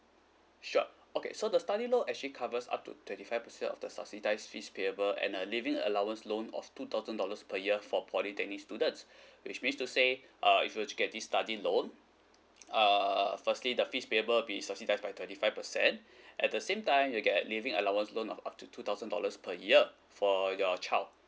sure okay so the study loan actually covers up to twenty five percent of the subsidise fees payable and a living allowance loan of two thousand dollars per year for polytechnic students which means to say uh if you were to get this study loan err firstly the fees payable be subsidised by twenty five percent at the same time you get living allowance loan of up to two thousand dollars per year for your child